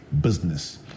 Business